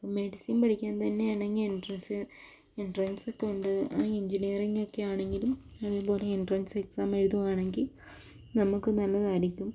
ഇപ്പം മെഡിസിൻ പഠിക്കാൻ തന്നെയാണെങ്കിൽ എൻട്രൻസ് എൻട്രൻസ് ഒക്കെ ഉണ്ട് എൻചിനീറിംഗ് ഒക്കെ ആണെങ്കിലും അതുപോലെ എൻട്രൻസ് എക്സാം എഴുതുകയാണെങ്കിൽ നമുക്ക് നല്ലതായിരിക്കും